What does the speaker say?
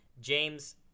James